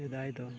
ᱥᱮᱫᱟᱭ ᱫᱚ